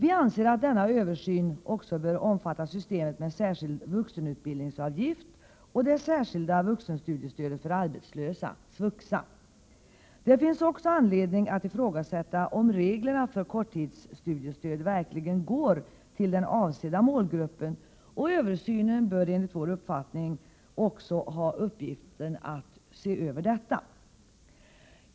Vi anser att denna översyn också bör omfatta systemet med särskild vuxenutbildningsavgift och det särskilda vuxenstudiestödet för arbetslösa, SVUXA. Det finns även anledning att ifrågasätta om reglerna för korttidsstudiestöd verkligen passar den avsedda målgruppen. I översynen bör även ingå uppgiften att se över detta.